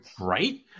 right